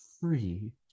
free